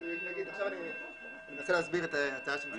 אני מנסה להסביר את ההצעה של משרד הפנים.